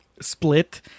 Split